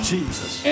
Jesus